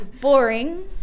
boring